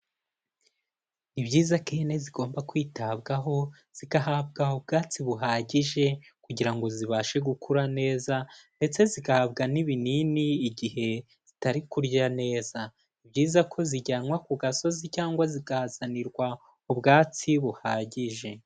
Ni byiza ko ihene zigomba kwitabwaho zigahabwa ubwatsi buhagije kugira ngo zibashe gukura neza ndetse zigahabwa n'ibinini igihe zitari kurya neza, ni byiza ko zijyanwa ku gasozi cyangwa zikazanirwa ubwatsi buhagije.